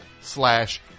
slash